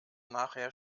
nachher